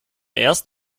erst